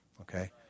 okay